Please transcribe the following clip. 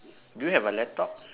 do you have a laptop